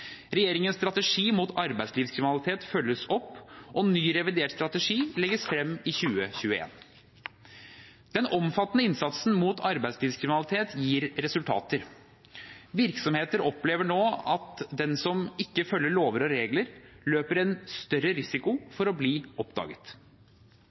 Regjeringens strategi mot arbeidslivskriminalitet følges opp, og ny revidert strategi legges frem i 2021. Den omfattende innsatsen mot arbeidslivskriminalitet gir resultater. Virksomheter opplever nå at den som ikke følger lover og regler, løper en større risiko